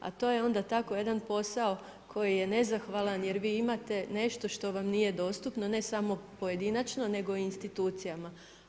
A to je onda tako jedan posao koji je nezahvalan jer vi imate nešto što vam nije dostupno, ne samo pojedinačno nego i institucijama.